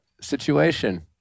situation